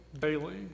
daily